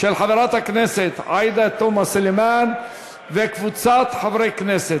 של חברת הכנסת עאידה תומא סלימאן וקבוצת חברי הכנסת,